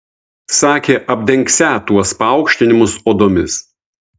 sakė apdengsią tuos paaukštinimus odomis